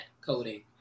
coding